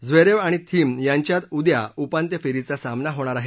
Zverev आणि Thiem यांच्यात उद्या उपांत्य फेरीचा सामना होणार आहे